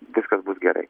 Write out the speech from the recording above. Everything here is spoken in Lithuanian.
viskas bus gerai